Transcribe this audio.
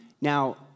Now